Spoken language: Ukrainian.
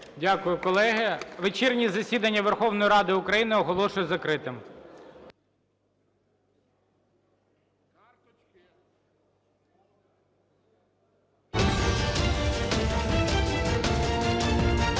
Дякую, колеги. Вечірнє засідання Верховної Ради України оголошую закритим.